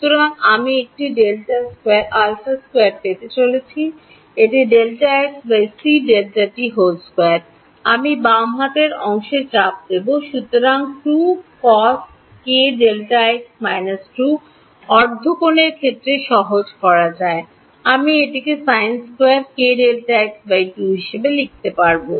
সুতরাং আমি একটি α2 পেতে চলেছি এটি Δx cΔt 2 আমি বাম হাতের অংশে চাপ দেব সুতরাং2 coskΔx − 2অর্ধকোণের ক্ষেত্রে সহজ করা যায় can আমি এটিকে sin2 kΔx 2 হিসাবে ঠিক লিখব